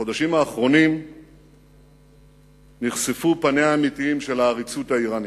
בחודשים האחרונים נחשפו פניה האמיתיים של העריצות האירנית,